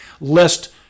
lest